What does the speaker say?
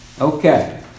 okay